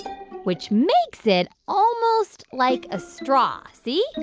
which makes it almost like a straw. see?